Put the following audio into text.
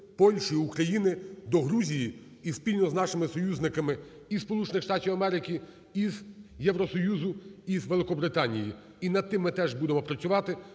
Польщі, України до Грузії і спільно з нашими союзниками із Сполучених Штатів Америки, із Євросоюзу, із Великобританії. І над тим ми теж будемо працювати,